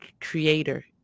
creator